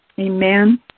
Amen